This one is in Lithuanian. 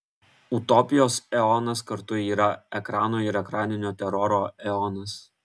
utopijos eonas kartu yra ekrano ir ekraninio teroro eonas